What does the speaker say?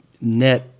net